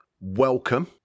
welcome